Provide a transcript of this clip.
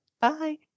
Bye